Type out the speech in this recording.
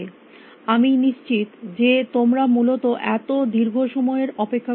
আমি নিশ্চিত যে তোমরা মূলত এত দীর্ঘ সময়ের অপেক্ষা করতে চাইবে না